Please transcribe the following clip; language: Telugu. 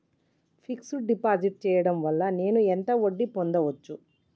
ఫిక్స్ డ్ డిపాజిట్ చేయటం వల్ల నేను ఎంత వడ్డీ పొందచ్చు?